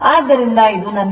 ಆದ್ದರಿಂದ ಇದು ನನ್ನ IL 43